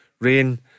rain